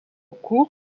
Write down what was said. cour